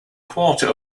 quarter